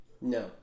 No